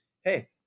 hey